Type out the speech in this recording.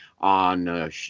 on